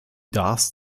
darß